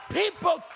people